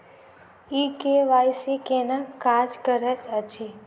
ई KYC केना काज करैत अछि?